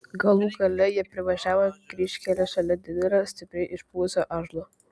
galų gale jie privažiavo kryžkelę šalia didelio stipriai išpuvusio ąžuolo